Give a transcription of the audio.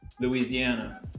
Louisiana